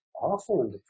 awful